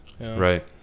right